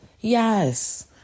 Yes